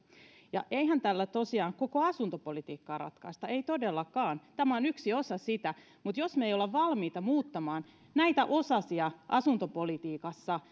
eihän tällä tosiaan koko asuntopolitiikkaa ratkaista ei todellakaan tämä on yksi osa sitä mutta jos me emme ole valmiita muuttamaan näitä osasia asuntopolitiikassa